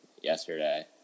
yesterday